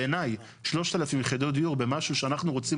בעיניי 3,000 יחידות דיור במשהו שאנחנו רוצים